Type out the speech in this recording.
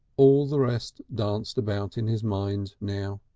all the rest danced about in his mind now,